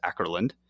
Ackerland